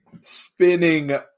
spinning